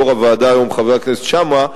יושב-ראש הוועדה היום הוא חבר הכנסת שאמה,